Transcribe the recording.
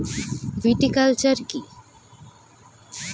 Viticulture কী?